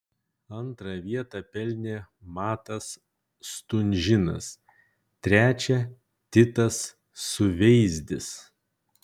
antrą vietą pelnė matas stunžinas trečią titas suveizdis